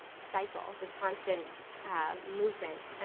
cycle, this constant movement.